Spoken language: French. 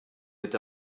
est